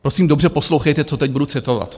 Prosím, dobře poslouchejte, co teď budu citovat: